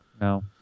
No